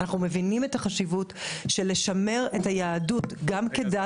אנחנו מבינים את החשיבות של לשמר את היהדות גם כדת